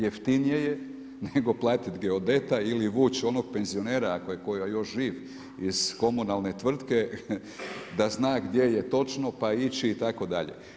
Jeftinije je nego platiti geodeta ili vući onog penzionera ako je još koji živ iz komunalne tvrtke da zna gdje je točno pa ići itd.